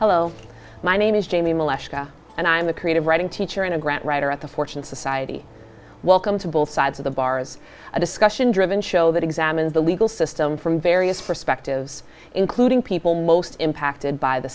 hello my name is jamie and i'm a creative writing teacher and a grant writer at the fortune society welcome to both sides of the bars a discussion driven show that examines the legal system from various perspectives including people most impacted by the